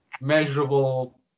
measurable